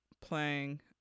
playing